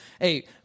Hey